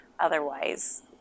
Otherwise